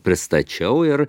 pristačiau ir